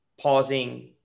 pausing